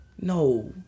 no